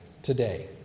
today